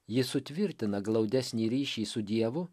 ji sutvirtina glaudesnį ryšį su dievu